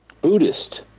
buddhist